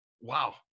Wow